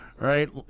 right